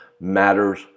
matters